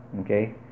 okay